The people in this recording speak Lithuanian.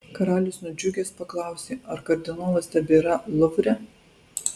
karalius nudžiugęs paklausė ar kardinolas tebėra luvre